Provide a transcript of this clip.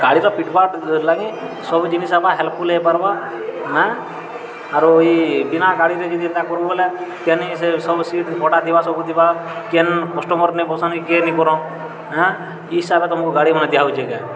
ଗାଡ଼ିର ଲାଗି ସବୁ ଜିନିଷ୍ ହେବା ହେଲ୍ପଫୁଲ୍ ହେଇପାର୍ବା ହାଏଁ ଆରୁ ଇ ବିନା ଗାଡ଼ିରେ ଯଦି ଏନ୍ତା କର୍ବୁ ବେଲେ କେହେନି ସେ ସବୁ ସିଟ୍ ଫଟା ଥିବା ସବୁ ଥିବା କେନ୍ କଷ୍ଟମର୍ ନି ବସନ୍ କି କେ ନି କରନ୍ ହାଏଁ ସେ ହିସାବ୍ରେ ତମ୍କୁ ଗାଡ଼ି ମାନେ ଦିଆ ହେଉଛେ ହାଏଁ